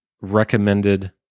recommended